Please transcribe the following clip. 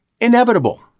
inevitable